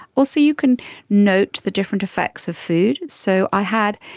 also you can note the different effects of food. so i had,